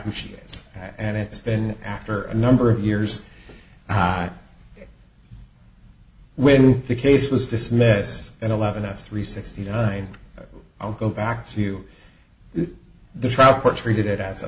who she is and it's been after a number of years when the case was dismissed and eleven f three sixty nine i'll go back to the trial court treated it as a